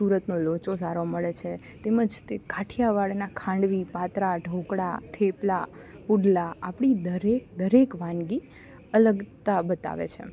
સુરતનો લોચો સારો મળે છે તેમજ તે કાઠિયાવાડના ખાંડવી પાતરાં ઢોકળા થેપલાં પુડલા આપણી દરેક દરેક વાનગી અલગતા બતાવે છે